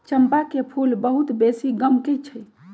चंपा के फूल बहुत बेशी गमकै छइ